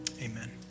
Amen